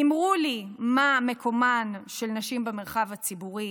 אמרו לי מה מקומן של נשים במרחב הציבורי,